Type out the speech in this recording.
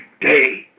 day